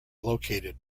located